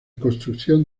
construcción